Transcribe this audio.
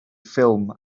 ffilm